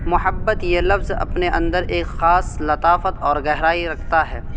محبت یہ لفظ اپنے اندر ایک خاص لطافت اور گہرائی رکھتا ہے